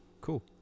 cool